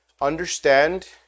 understand